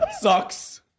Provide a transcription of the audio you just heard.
sucks